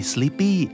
Sleepy